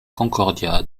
concordia